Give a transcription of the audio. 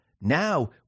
Now